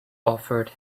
offered